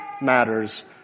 matters